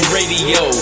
Radio